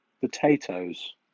potatoes